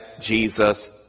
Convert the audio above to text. Jesus